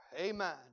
Amen